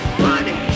money